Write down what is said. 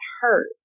hurt